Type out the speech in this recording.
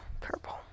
purple